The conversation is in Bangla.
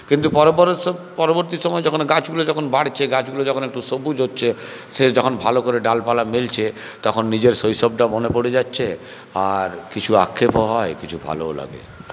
কিন্তু পরে পরে সব পরবর্তী সময় যখন গাছগুলো যখন বাড়ছে গাছগুলো যখন একটু সবুজ হচ্ছে সে যখন ভালো করে ডালপালা মেলছে তখন নিজের শৈশবটা মনে পড়ে যাচ্ছে আর কিছু আক্ষেপও হয় কিছু ভালোও লাগে